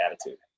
attitude